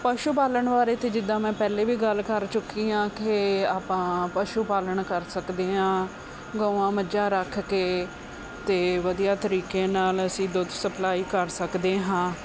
ਪਸ਼ੂ ਪਾਲਣ ਬਾਰੇ ਤਾਂ ਜਿੱਦਾਂ ਮੈਂ ਪਹਿਲਾਂ ਵੀ ਗੱਲ ਕਰ ਚੁੱਕੀ ਹਾਂ ਕਿ ਆਪਾਂ ਪਸ਼ੂ ਪਾਲਣ ਕਰ ਸਕਦੇ ਹਾਂ ਗਊਆਂ ਮੱਝਾਂ ਰੱਖ ਕੇ ਅਤੇ ਵਧੀਆ ਤਰੀਕੇ ਨਾਲ ਅਸੀਂ ਦੁੱਧ ਸਪਲਾਈ ਕਰ ਸਕਦੇ ਹਾਂ